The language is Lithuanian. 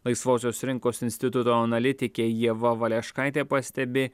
laisvosios rinkos instituto analitikė ieva valeškaitė pastebi